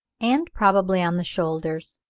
and probably on the shoulders.